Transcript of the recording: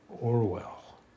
Orwell